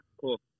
cool